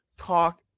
talk